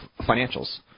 financials